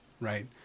right